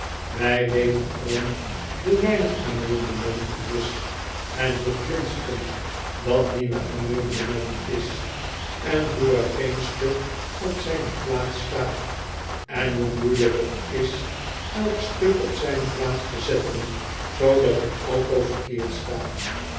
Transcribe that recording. wij weten allen hoe weinig ameublement er is en hoe glinsterend dat nieuwe ameublement is en hoe er geen stuk op zijne plaats staat en hoe meielijk t is elk stuk op zijn o plaats te zetten zoodat het altoos verkeerd staat